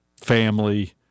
family